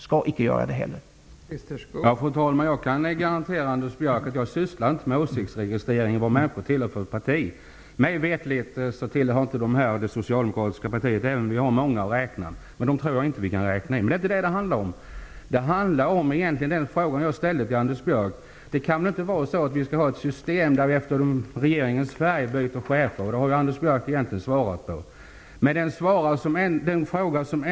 Det skall det icke heller göra.